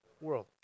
world